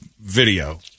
video